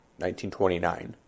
1929